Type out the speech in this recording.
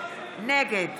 נגד